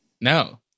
No